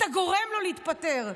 אתה גורם לו להתפטר.